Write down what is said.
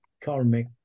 karmic